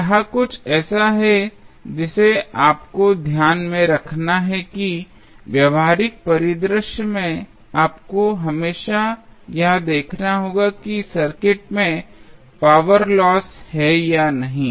तो यह कुछ ऐसा है जिसे आपको ध्यान में रखना है कि व्यावहारिक परिदृश्य में आपको हमेशा यह देखना होगा कि सर्किट में पावर लॉस है या नहीं